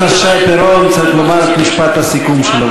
חבר הכנסת שי פירון צריך לומר את משפט הסיכום שלו.